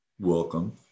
Welcome